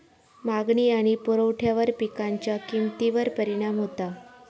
मागणी आणि पुरवठ्यावर पिकांच्या किमतीवर परिणाम होता